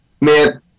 man